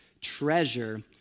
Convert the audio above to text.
treasure